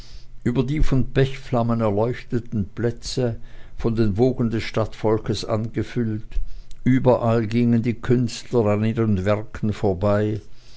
über die von pechflammen erleuchteten plätze von den wogen des stadtvolkes angefüllt überall gingen die künstler an ihren werken vorbei